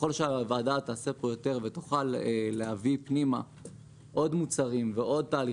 ככל שהוועדה תעשה פה יותר ותוכל להכניס פנימה עוד מוצרים ועוד תהליכים,